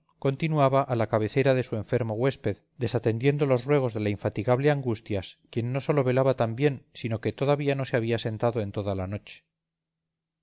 continuaba a la cabecera de su enfermo huésped desatendiendo los ruegos de la infatigable angustias quien no sólo velaba también sino que todavía no se había sentado en toda la noche